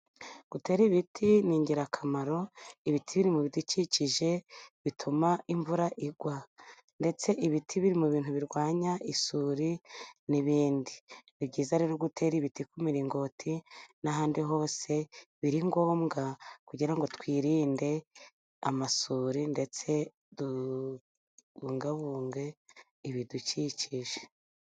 Gutera ibiti ni ingirakamaro, ibiti biri mu bidukikije bituma imvura igwa ndetse ibiti biri mu bintu birwanya isuri n'ibindi. Ni byiza rero gutera ibiti ku miringoti n'ahandi hose biri ngombwa kugira ngo twirinde amasuri, ndetse tubungabunge ibidukikije.